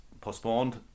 postponed